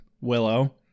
Willow